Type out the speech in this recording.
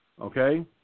Okay